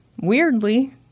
weirdly